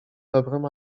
dobrem